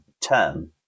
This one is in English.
term